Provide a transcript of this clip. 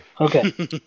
Okay